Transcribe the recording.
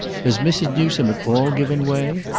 has mrs. newsome at all given way?